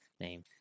name